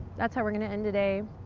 that's how we're gonna end today.